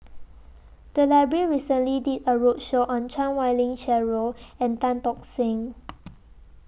The Library recently did A roadshow on Chan Wei Ling Cheryl and Tan Tock Seng